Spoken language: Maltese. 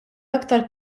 aktar